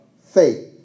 Faith